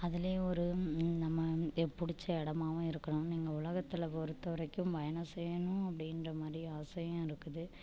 அதுல ஒரு நம்ம எ பிடிச்ச இடமாவும் இருக்கணுன்னு இந்த உலகத்தில் பொறுத்த வரைக்கும் பயணம் செய்யணும் அப்படின்ற மாதிரி ஆசையும் இருக்குது